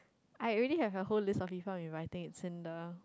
I already have a whole list of people rewrite it in the